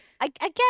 again